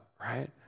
right